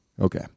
Okay